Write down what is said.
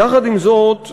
ויחד עם זאת,